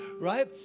right